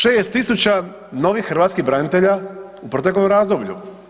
6.000 novih hrvatskih branitelja u proteklom razdoblju?